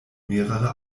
mehrere